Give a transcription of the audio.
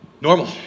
Normal